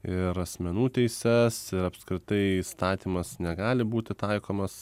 ir asmenų teises ir apskritai įstatymas negali būti taikomas